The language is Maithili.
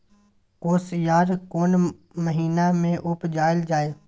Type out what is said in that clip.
कोसयार कोन महिना मे उपजायल जाय?